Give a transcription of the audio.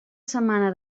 setmana